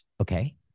Okay